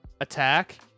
attack